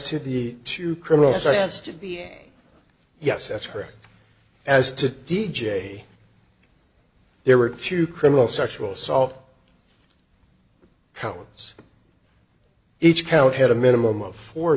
to the two criminals i asked to be yes that's correct as to d j there were two criminal sexual assault counts each count had a minimum of four